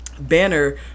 banner